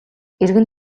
эргэн